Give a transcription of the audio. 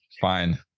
Fine